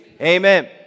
amen